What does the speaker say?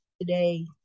today